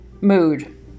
mood